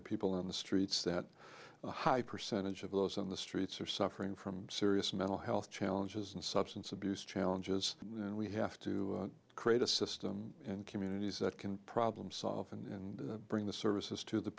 the people in the streets that a high percentage of those on the streets are suffering from serious mental health challenges and substance abuse challenges and we have to create a system in communities that can problem solve and bring the services to the